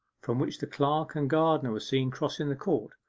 from which the clerk and gardener were seen crossing the court,